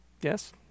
Yes